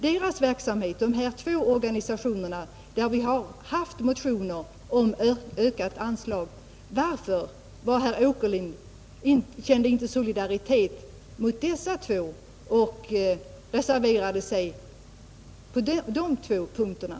Det förelåg motioner om ökat anslag till dessa två organisationer, men varför hade herr Åkerlind inte reserverat sig för ökade anslag till dessa två organisationer?